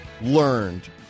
learned